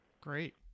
great